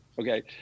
okay